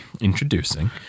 Introducing